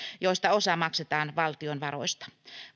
joista osa maksetaan valtion varoista